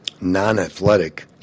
non-athletic